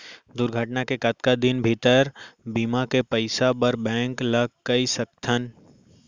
दुर्घटना के कतका दिन भीतर बीमा के पइसा बर बैंक ल कई सकथन?